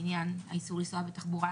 לעניין האיסור לנסוע בתחבורה